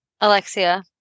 Alexia